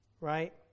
Right